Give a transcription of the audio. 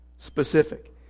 specific